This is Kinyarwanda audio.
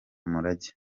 umurage